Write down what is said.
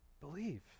Believe